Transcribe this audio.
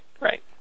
right